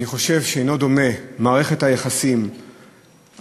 אני חושב שאינה דומה מערכת היחסים הדיפלומטיים